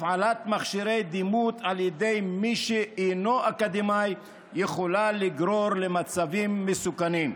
הפעלת מכשירי דימות על ידי מי שאינו אקדמאי יכולה לגרור מצבים מסוכנים.